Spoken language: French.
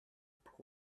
pour